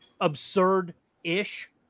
absurd-ish